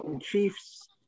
chiefs